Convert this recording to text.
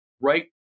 right